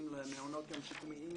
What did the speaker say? מוסד החינוך,